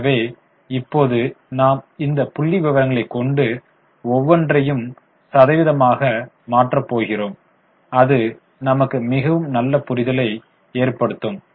எனவே இப்போது நாம் இந்த புள்ளி விவரங்களை கொண்டு ஒவ்வொன்றையும் சதவீதமாக மாற்ற போகிறோம் அது நமக்கு மிகவும் நல்ல புரிதலை ஏற்படுத்தும்